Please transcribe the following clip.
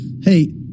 hey